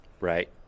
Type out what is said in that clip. Right